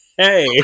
Hey